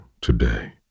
today